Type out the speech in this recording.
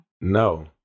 No